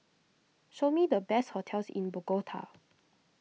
show me the best hotels in Bogota